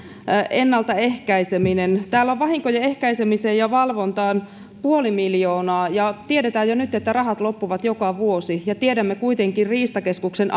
ennaltaehkäisemisen täällä on vahinkojen ehkäisemiseen ja valvontaan puoli miljoonaa ja tiedetään jo nyt että rahat loppuvat joka vuosi tiedämme kuitenkin riistakeskuksen